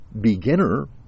beginner